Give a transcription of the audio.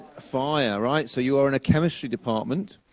fire, right? so, you are in a chemistry department.